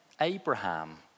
Abraham